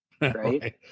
right